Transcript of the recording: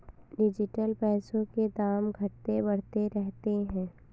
digital पैसों के दाम घटते बढ़ते रहते हैं